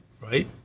right